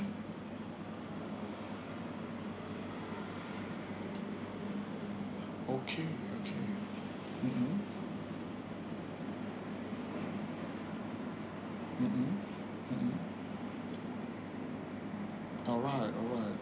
okay okay mmhmm mmhmm mmhmm alright alright